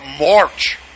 March